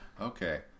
okay